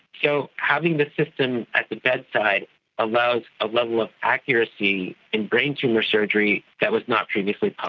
so having this system at the bedside allows a level of accuracy in brain tumour surgery that was not previously ah